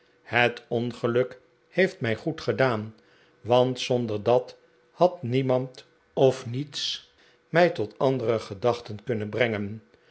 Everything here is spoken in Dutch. het ongeluk heeft mij goed gedaan want zonder dat had niemand of niets mij tot andere gedachten kunnen brengen